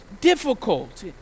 difficult